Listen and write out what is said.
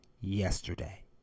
yesterday